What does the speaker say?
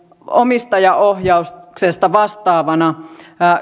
omistajaohjauksesta vastaavana